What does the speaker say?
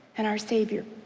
and our savior.